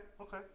okay